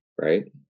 right